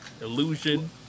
Illusion